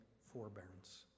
forbearance